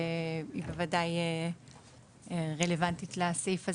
ובוודאי רלוונטית לסעיף הזה.